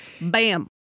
Bam